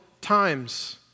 times